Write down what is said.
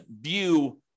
view